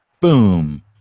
Boom